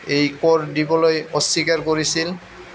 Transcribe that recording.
এই কৰ দিবলৈ অস্বীকাৰ কৰিছিল